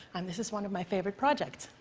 and this is one of my favorite projects.